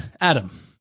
Adam